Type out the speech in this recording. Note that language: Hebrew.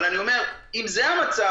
אבל אני אומר שאם זה המצב,